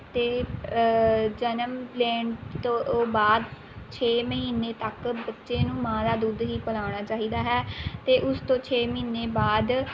ਅਤੇ ਜਨਮ ਲੈਣ ਤੋਂ ਬਾਅਦ ਛੇ ਮਹੀਨੇ ਤੱਕ ਬੱਚੇ ਨੂੰ ਮਾਂ ਦਾ ਦੁੱਧ ਹੀ ਪਿਲਾਉਣਾ ਚਾਹੀਦਾ ਹੈ ਅਤੇ ਉਸ ਤੋਂ ਛੇ ਮਹੀਨੇ ਬਾਅਦ